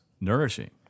nourishing